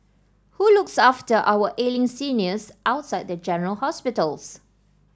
who looks after our ailing seniors outside of general hospitals